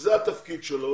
שזה התפקיד שלו,